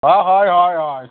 অঁ হয় হয় হয়